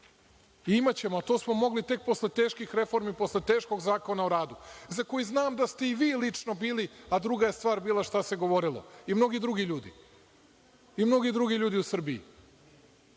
imaćemo. To smo mogli tek posle teških reformi, posle teškog Zakona o radu za koji znam da ste i vi lično bili, a druga je stvar bila šta se govorilo i mnogi drugi ljudi u Srbiji.